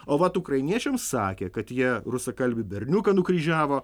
o vat ukrainiečiams sakė kad jie rusakalbių berniuką nukryžiavo